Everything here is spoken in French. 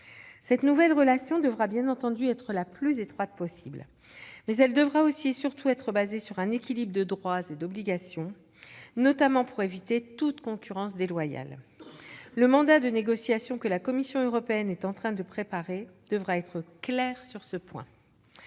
Cette nouvelle relation devra bien entendu être la plus étroite possible. Mais elle devra aussi, et surtout, être fondée sur un équilibre de droits et d'obligations, notamment pour éviter toute concurrence déloyale. Le mandat de négociation que la Commission européenne est en train de préparer devra être clair sur ce point